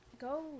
Go